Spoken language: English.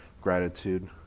gratitude